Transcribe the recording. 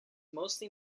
mostly